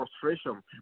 frustration